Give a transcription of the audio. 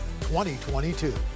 2022